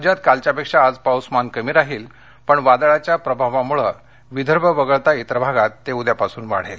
राज्यात कालच्यापेक्षा आज पाऊसमान कमी राहील पण वादळाच्या प्रभावामुळे विदर्भ वगळता इतर भागात ते उद्यापासून वाढेल